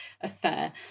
affair